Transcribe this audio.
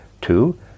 Two